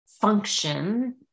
function